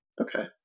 Okay